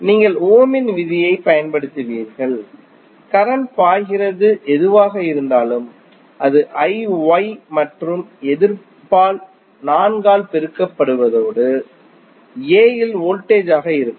நீங்கள் ஓமின் விதியைப் பயன்படுத்துவீர்கள் கரண்ட் பாய்கிறது எதுவாக இருந்தாலும் அது மற்றும் எதிர்ப்பால் 4 ஆல் பெருக்கப்படுவது நோடு A இல் வோல்டேஜ் ஆக இருக்கும்